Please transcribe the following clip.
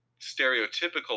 stereotypical